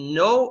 no